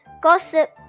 Gossip